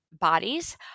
bodies